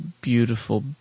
beautiful